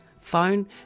Phone